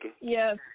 Yes